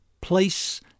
place